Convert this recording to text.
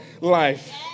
life